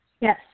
Yes